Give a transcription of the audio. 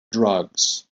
drugs